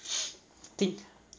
tick